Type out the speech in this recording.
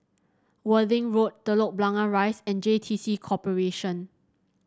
Worthing Road Telok Blangah Rise and J T C Corporation